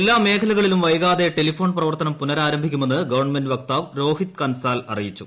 എല്ലാ മേഖലകളിലും വൈകാതെ ടെലിഫോൺ പ്രവർത്തനം പുനരാരംഭിക്കുമെന്ന് ഗവൺമെന്റ് വക്താവ് രോഹിത് കൻസാൽ അറിയിച്ചു